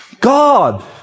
God